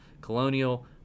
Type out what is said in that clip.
Colonial